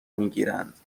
میگیرند